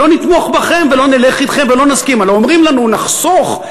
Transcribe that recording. לא נתמוך בכם ולא נלך אתכם ולא נסכים הלוא אומרים לנו: נחסוך.